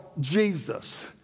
Jesus